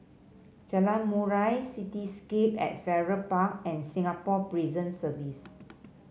Jalan Murai Cityscape at Farrer Park and Singapore Prison Service